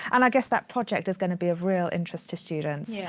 and i guess that project is going to be of real interest to students. yeah